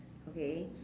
okay